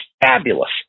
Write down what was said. fabulous